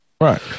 right